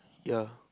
ya